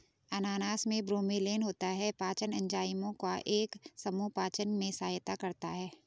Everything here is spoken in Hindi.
अनानास में ब्रोमेलैन होता है, पाचन एंजाइमों का एक समूह पाचन में सहायता करता है